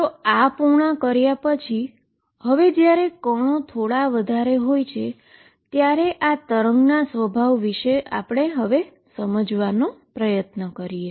તો આ પૂર્ણ કર્યા પછી હવે જ્યારે પાર્ટીકલ થોડા વધારે હોય ત્યારે આ પાર્ટીકલના સ્વભાવ વિશે સમજવા આપણે પ્રયત્ન કરીએ